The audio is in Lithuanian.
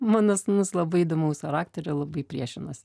mano sūnus labai įdomaus charakterio labai priešinasi